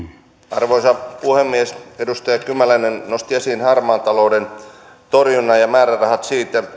arvoisa puhemies edustaja kymäläinen nosti esiin harmaan talouden torjunnan ja sen määrärahat